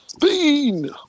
Bean